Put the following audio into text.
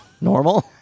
normal